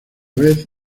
vez